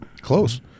Close